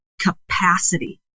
capacity